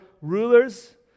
rulers